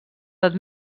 edat